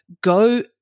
go